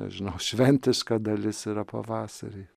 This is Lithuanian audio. nežinau šventiška dalis yra pavasarį